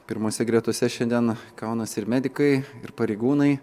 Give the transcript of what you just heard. pirmose gretose šiandien kaunasi ir medikai ir pareigūnai